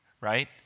right